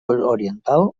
oriental